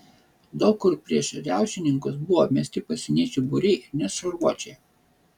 daug kur prieš riaušininkus buvo mesti pasieniečių būriai ir net šarvuočiai